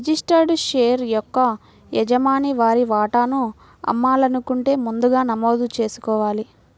registered share యొక్క యజమాని వారి వాటాను అమ్మాలనుకుంటే ముందుగా నమోదు చేసుకోవాలి